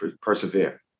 persevere